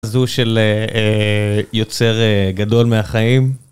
זה הוא של יוצר גדול מהחיים.